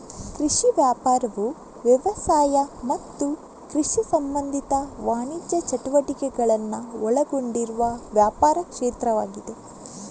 ಕೃಷಿ ವ್ಯಾಪಾರವು ವ್ಯವಸಾಯ ಮತ್ತು ಕೃಷಿ ಸಂಬಂಧಿತ ವಾಣಿಜ್ಯ ಚಟುವಟಿಕೆಗಳನ್ನ ಒಳಗೊಂಡಿರುವ ವ್ಯಾಪಾರ ಕ್ಷೇತ್ರವಾಗಿದೆ